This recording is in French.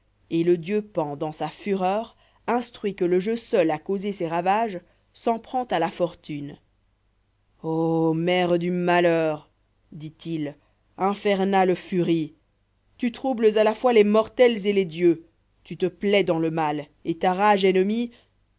et le dieu pan dans sa fureur instruit que le jeu seul a causé ces ravages s'en prend à la fortune o mère du malheur dit-il infernale furie tu troubles à la fois les mortels et les dieux tu te plais dans le mal et ta rage ennemie